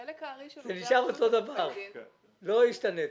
החלק הארי של עובדי הרשות הם עורכי דין.